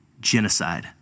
genocide